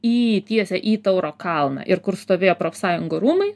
į tiese į tauro kalną ir kur stovėjo profsąjungų rūmai